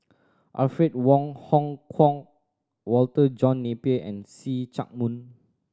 Alfred Wong Hong Kwok Walter John Napier and See Chak Mun